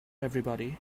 everybody